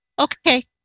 okay